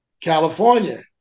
California